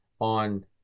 on